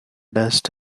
dust